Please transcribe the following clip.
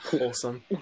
Awesome